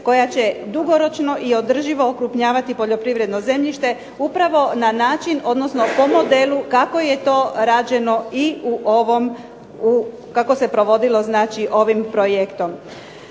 koja će dugoročno i održivo okrupnjavati poljoprivredno zemljište upravo na način odnosno po modelu kako je to rađeno i u ovom, kako se provodilo znači ovim projektom.